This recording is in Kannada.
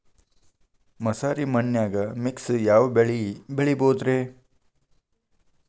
ಮಸಾರಿ ಮಣ್ಣನ್ಯಾಗ ಮಿಕ್ಸ್ ಯಾವ ಬೆಳಿ ಬೆಳಿಬೊದ್ರೇ?